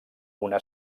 una